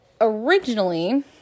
originally